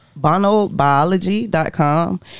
Bonobiology.com